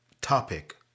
topic